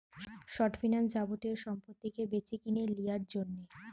short finance যাবতীয় সম্পত্তিকে বেচেকিনে লিয়ার জন্যে